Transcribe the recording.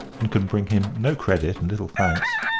and could bring him no credit and little thanks,